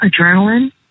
Adrenaline